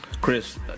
Chris